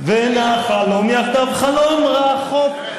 ונחלום יחדיו חלום רחוק.